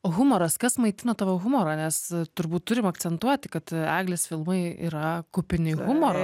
humoras kas maitina tavo humorą nes turbūt turim akcentuoti kad eglės filmai yra kupini humoro